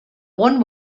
one